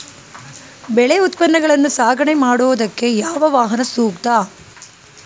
ಬೆಳೆ ಉತ್ಪನ್ನಗಳನ್ನು ಸಾಗಣೆ ಮಾಡೋದಕ್ಕೆ ಯಾವ ವಾಹನ ಸೂಕ್ತ?